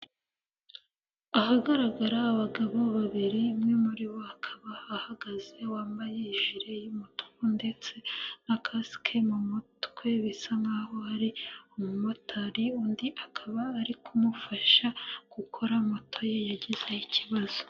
Ahagaragara abagabo babiri umwe muri bo akaba ahagaze wambaye ijire y'umutuku ndetse na kasike mu mutwe, bisa nk'aho ari umumotari, undi akaba ari kumufasha gukora moto ye yagize ikibazo.